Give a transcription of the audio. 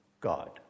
God